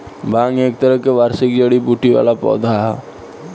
भांग एक तरह के वार्षिक जड़ी बूटी वाला पौधा ह